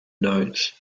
notes